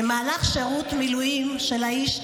במהלך שירות מילואים של האיש,